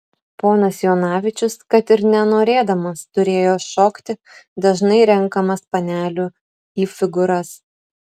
ponas jonavičius kad ir nenorėdamas turėjo šokti dažnai renkamas panelių į figūras